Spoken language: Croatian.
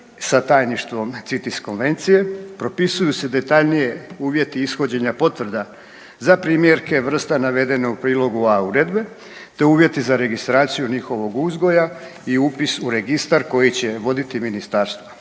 sa tajništvom CITES konvencije, propisuju se detaljnije uvjeti ishođenja potvrda za primjerke vrsta navedene u prilogu A uredbe, te uvjeti za registraciju njihovog uzgoja i upis u registar koji će voditi ministarstvo,